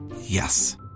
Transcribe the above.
Yes